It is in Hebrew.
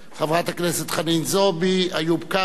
חברת הכנסת חנין זועבי, איוב קרא.